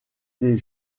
des